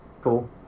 cool